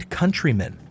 countrymen